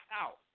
out